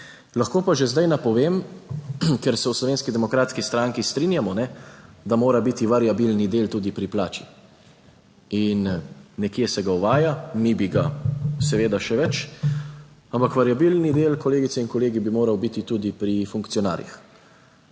Lahko pa že zdaj napovem, ker se v Slovenski demokratski stranki strinjamo, da mora biti variabilni del tudi pri plači in nekje se ga uvaja, mi bi ga seveda še več, ampak variabilni del, kolegice in kolegi, bi moral biti tudi pri funkcionarjih,